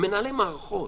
הם מנהלי מערכות.